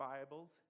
Bibles